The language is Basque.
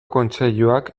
kontseiluak